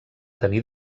tenir